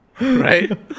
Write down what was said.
right